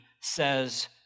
says